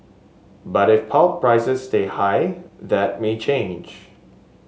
but if pulp prices stay high that may change